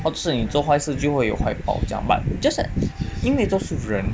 要是你做坏事就会有坏报这样 but just that 因为都是人